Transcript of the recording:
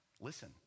Listen